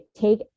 take